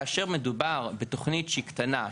כאשר מדובר בתוכנית שהיא קטנה,